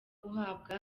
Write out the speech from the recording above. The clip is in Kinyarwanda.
guhabwa